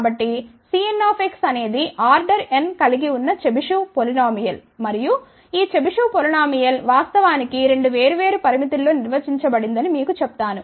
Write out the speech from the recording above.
కాబట్టి Cnx అనేది order n కలిగి ఉన్న చెబిషెవ్ పొలినామియల్ మరియు ఈ చెబిషెవ్ పొలినామియల్ వాస్తవానికి రెండు వేర్వేరు పరిమితుల్లో నిర్వచించబడిందని మీకు చెప్తాను